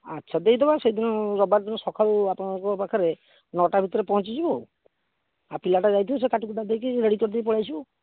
ଆଚ୍ଛା ଦେଇଦେବା ସେଇଦିନ ରବିବାର ଦିନ ସକାଳୁ ଆପଣଙ୍କ ପାଖରେ ନଅଟା ଭିତରେ ପହଁଞ୍ଚି ଯିବ ଆଉ ଆଉ ପିଲାଟା ଯାଇଥିବ ସେ କାଟିକୁଟା ଦେଇକି ରେଡ଼ି କରିଦେଇ ପଳେଇ ଆସିବ